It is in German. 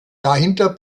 dahinter